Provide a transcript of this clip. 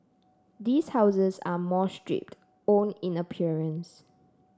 these houses are more stripped own in appearance